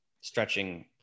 stretching